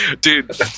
Dude